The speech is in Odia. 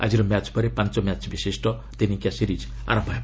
ଆଜିର ମ୍ୟାଚ୍ ପରେ ପାଞ୍ଚ ମ୍ୟାଚ୍ ବିଶିଷ୍ଟ ଦିନିକିଆ ସିରିଜ୍ ଆରମ୍ଭ ହେବ